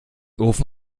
ofen